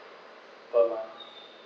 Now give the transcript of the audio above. per month